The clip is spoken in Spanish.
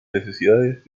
necesidades